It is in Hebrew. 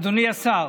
אדוני השר,